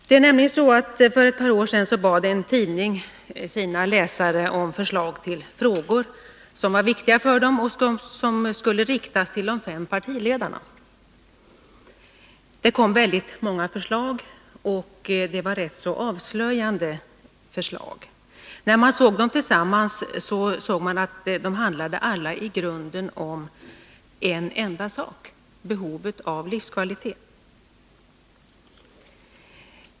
För ett par år sedan bad en tidning sina läsare om förslag till frågor som var viktiga för dem och som skulle riktas till de fem partiledarna. Det kom många förslag, och de var rätt avslöjande. Alla handlade i grunden om en enda sak — behovet av livskvalitet.